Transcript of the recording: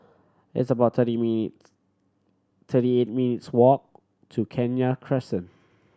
it's about thirty minutes' thirty eight minutes' walk to Kenya Crescent